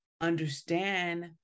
understand